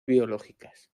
biológicas